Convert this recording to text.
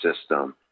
system